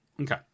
Okay